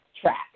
track